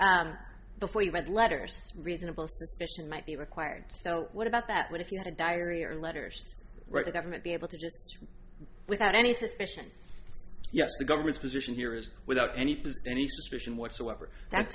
y before you read letters reasonable suspicion might be required so what about that what if you have a diary or letters write the government be able to do without any suspicion yes the government's position here is without any perceived any suspicion whatsoever that